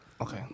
Okay